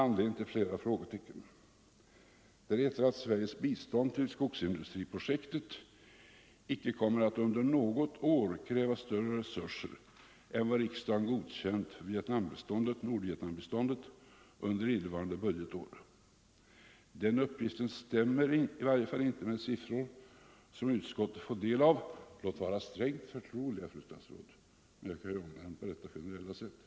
Nr 122 Det heter att Sveriges bistånd till skogsindustriprojektet icke kommer Torsdagen den att under något år kräva större resurser än vad riksdagen godkänt för 14 november 1974 Nordvietnambiståndet under innevarande budgetår. Den uppgiften stämmer i varje fall icke med siffror som utskottet fått del av — låt vara Ang. det svenska att de är strängt förtroliga, fru statsråd. Men jag kan ju omnämna dem = stödet till ett på detta generella sätt.